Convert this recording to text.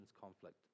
conflict